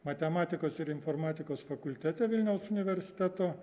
matematikos ir informatikos fakultete vilniaus universiteto